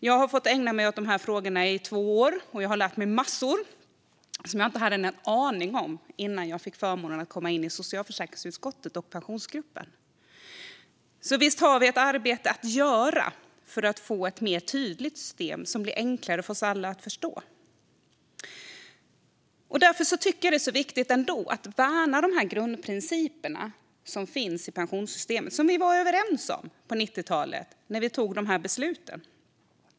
Jag har fått ägna mig åt de här frågorna i två år. Jag har lärt mig massor som jag inte hade någon aning om innan jag fick förmånen att komma in i socialförsäkringsutskottet och Pensionsgruppen. Visst har vi ett arbete att göra för att få ett mer tydligt system som blir enklare för oss alla att förstå. Därför är det så viktigt att värna grundprinciperna som finns i pensionssystemet och som vi var överens om på 90-talet när vi fattade de här besluten.